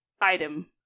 item